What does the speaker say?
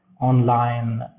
online